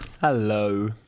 Hello